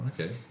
Okay